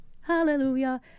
hallelujah